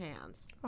hands